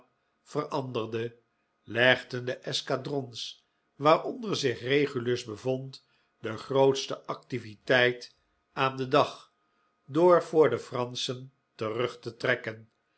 veranderde legden de eskadrons waaronder zich regulus bevond de grootste activiteit aan den dag door voor de franschen terug te trekken